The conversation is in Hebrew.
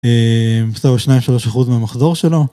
2-3 אחוז מהמחזור שלו.